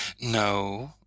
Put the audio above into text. No